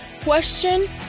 question